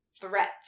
threat